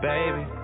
Baby